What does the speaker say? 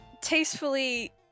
tastefully